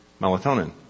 melatonin